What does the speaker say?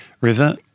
river